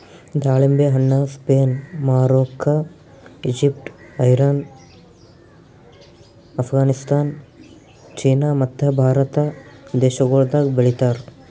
ದಾಳಿಂಬೆ ಹಣ್ಣ Spain, Morocco, Egypt, Iran, Afghanistan, China ಮತ್ತ ಭಾರತ ದೇಶಗೊಳ್ದಾಗ್ ಬೆಳಿತಾರ್